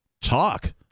talk